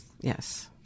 yes